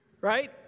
right